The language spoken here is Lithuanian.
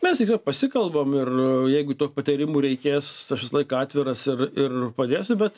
mes tiesiog pasikalbam ir jeigu patarimų reikės aš visą laiką atviras ir ir padėsiu bet